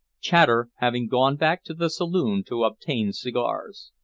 chater having gone back to the saloon to obtain cigars.